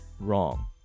wrong